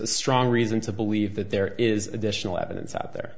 a strong reason to believe that there is additional evidence out there